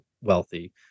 wealthy